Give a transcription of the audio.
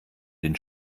den